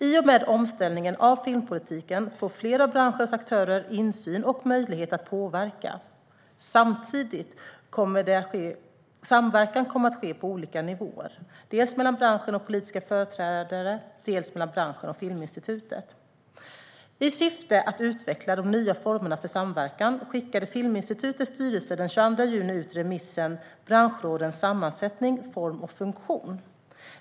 I och med omställningen av filmpolitiken får fler av branschens aktörer insyn och möjlighet att påverka. Samverkan kommer att ske på olika nivåer, dels mellan branschen och politiska företrädare, dels mellan branschen och Filminstitutet. I syfte att utveckla de nya formerna för samverkan skickade Filminstitutets styrelse den 22 juni ut ett förslag om branschrådens sammansättning, form och funktion på remiss.